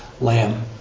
lamb